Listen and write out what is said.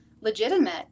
legitimate